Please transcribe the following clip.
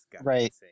Right